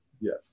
Yes